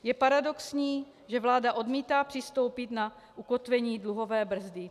Je paradoxní, že vláda odmítá přistoupit na ukotvení dluhové brzdy.